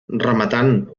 rematant